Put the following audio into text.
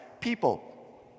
people